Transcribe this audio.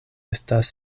estas